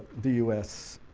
the u s.